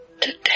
today